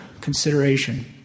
consideration